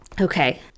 Okay